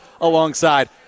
alongside